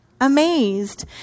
amazed